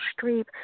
Streep